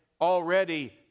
already